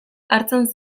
hartzen